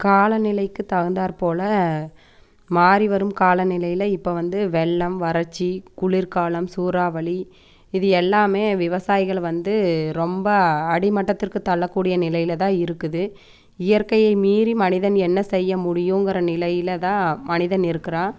காலநிலைக்கு தகுந்தாற்போல் மாறிவரும் காலநிலையில் இப்போ வந்து வெள்ளம் வறட்சி குளிர் காலம் சூறாவளி இது எல்லாம் விவசாயிகள் வந்து ரொம்ப அடிமட்டத்திற்கு தள்ளக்கூடிய நிலையில் தான் இருக்குது இயற்கையை மீறி மனிதன் என்ன செய்ய முடியுங்கிற நிலையில் தான் மனிதன் இருக்கிறான்